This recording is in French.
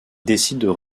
décident